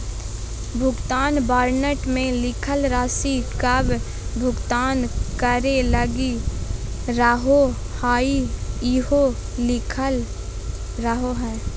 भुगतान वारन्ट मे लिखल राशि कब भुगतान करे लगी रहोहाई इहो लिखल रहो हय